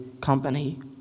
company